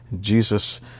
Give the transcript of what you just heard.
Jesus